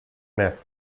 myth